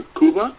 Cuba